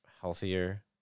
healthier